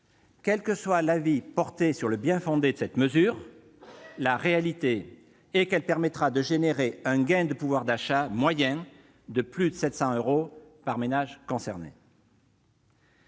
Quel que soit l'avis que l'on porte sur le bien-fondé de cette mesure, la réalité est qu'elle induira un gain de pouvoir d'achat moyen de plus de 700 euros par ménage concerné.